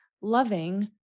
loving